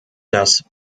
das